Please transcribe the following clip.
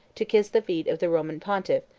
to kiss the feet of the roman pontiff,